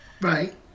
Right